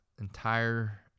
entire